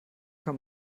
kann